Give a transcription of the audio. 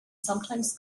sometimes